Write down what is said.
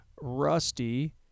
Rusty